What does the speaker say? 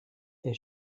est